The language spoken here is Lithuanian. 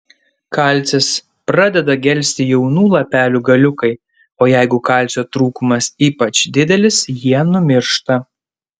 kalcis pradeda gelsti jaunų lapelių galiukai o jeigu kalcio trūkumas ypač didelis jie numiršta